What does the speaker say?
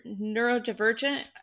neurodivergent